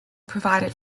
provided